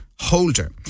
holder